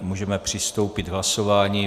Můžeme přistoupit k hlasování.